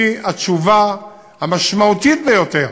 היא התשובה המשמעותית ביותר